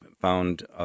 found